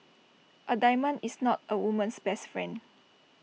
A diamond is not A woman's best friend